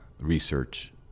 research